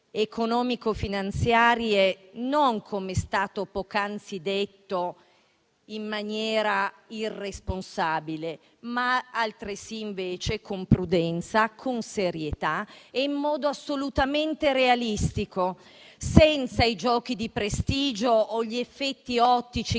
economico-finanziarie non - come è stato poc'anzi detto - in maniera irresponsabile, bensì con prudenza, con serietà e in modo assolutamente realistico, senza i giochi di prestigio o gli effetti ottici